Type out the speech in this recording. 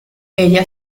ella